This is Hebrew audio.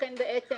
ולכן בעצם